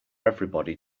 everybody